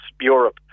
Europe